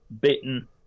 bitten